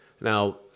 Now